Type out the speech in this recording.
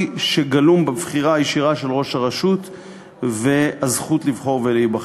שגלום בבחירה הישירה של ראש הרשות והזכות לבחור ולהיבחר.